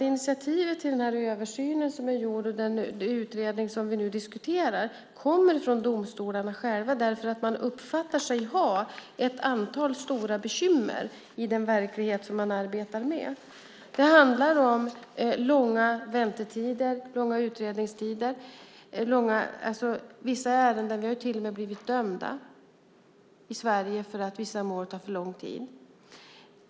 Initiativet till översynen som är gjord och den utredning vi nu diskuterar kommer från domstolarna själva. Man uppfattar sig ha ett antal stora bekymmer i den verklighet man arbetar med. Det handlar om långa väntetider och långa utredningstider i vissa ärenden. Vi i Sverige har till och med blivit dömda för att vissa mål tar för lång tid.